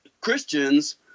Christians